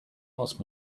asked